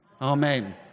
Amen